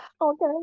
Okay